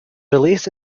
released